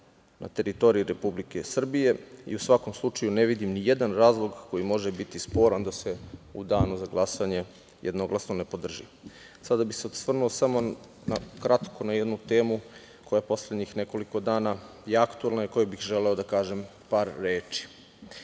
na teritoriji Republike Srbije. U svakom slučaju ne vidim nijedan razlog koji može biti sporan da se u danu za glasanje jednoglasno ne podrži. Sada bih se osvrnuo samo kratko na jednu temu koja je poslednjih nekoliko dana aktuelna i o kojoj bih želeo da kažem par